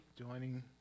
joining